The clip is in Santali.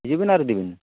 ᱦᱤᱡᱩᱜ ᱵᱤᱱ ᱟᱨ ᱤᱫᱤ ᱵᱤᱱ